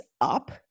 up